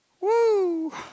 Woo